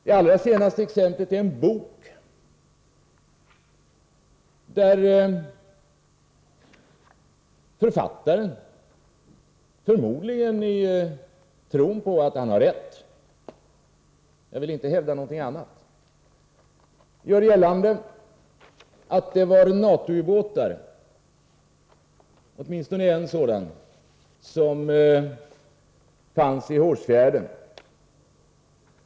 Det allra senaste exemplet är en bok, vari författaren förmodligen i tron att han har rätt — jag vill inte hävda något annat — gör gällande att det var NATO-ubåtar, åtminstone en sådan, som fanns i Hårsfjärden.